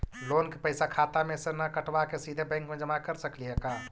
Loan के पैसा खाता मे से न कटवा के सिधे बैंक में जमा कर सकली हे का?